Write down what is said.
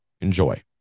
Enjoy